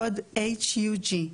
קוד HUG,